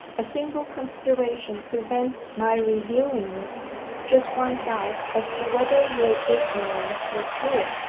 a single consideration prevents my revealing it just one doubt as to whether your ignorance was real,